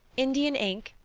indian ink,